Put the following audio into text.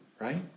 Right